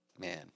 man